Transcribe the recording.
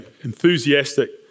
enthusiastic